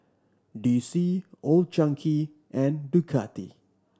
D C Old Chang Kee and Ducati